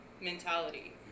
mentality